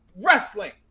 wrestling